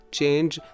change